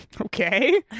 Okay